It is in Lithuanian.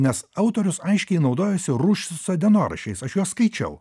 nes autorius aiškiai naudojosi ruščico dienoraščiais aš juos skaičiau